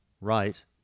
right